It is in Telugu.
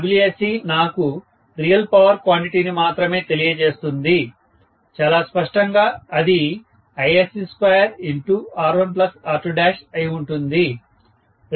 Wsc నాకు రియల్ పవర్ క్వాంటిటీ ని మాత్రమే తెలియ చేస్తుంది చాలా స్పష్టంగా అది Isc2R1R2 అయి ఉంటుంది